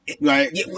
right